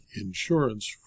insurance